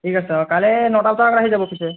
ঠিক আছে অঁ কাইলে নটা বজাৰ আগত আহি যাব পিছে